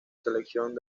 selección